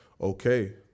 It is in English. okay